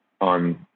on